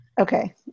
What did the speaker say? Okay